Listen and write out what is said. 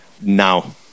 now